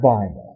Bible